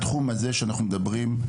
בתחום הזה שאנחנו מדברים עליו,